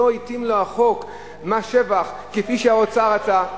שלא התאים לו חוק מס שבח כפי שהאוצר רצה,